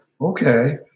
okay